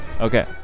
Okay